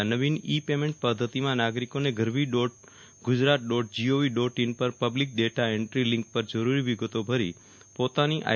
આ નવીન e payment પદ્ધતિમાં નાગરિકોએ Garvi dot Gujarat dot G O V dot in પર પબ્લીક ડેટા એન્ટ્રી લિંક પર જરૂરી વિગતો ભરીને પોતાનું આઇ